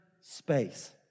space